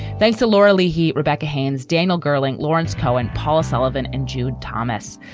thanks to laura lahey, rebecca hands, daniel girling, lawrence cohen, paul sullivan and jude thomas.